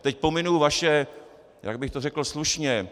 Teď pominu vaše jak bych to řekl slušně?